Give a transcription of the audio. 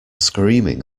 screaming